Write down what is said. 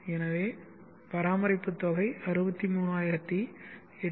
எனவே பராமரிப்பு தொகை 63851